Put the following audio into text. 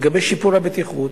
לגבי שיפור הבטיחות,